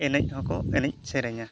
ᱮᱱᱮᱡ ᱦᱚᱸᱠᱚ ᱮᱱᱮᱡ ᱥᱮᱨᱮᱧᱟ